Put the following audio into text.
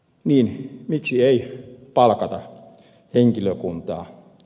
niin miksi ei palkata henkilökuntaa